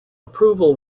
approval